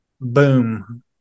boom